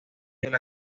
del